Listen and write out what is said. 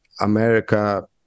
America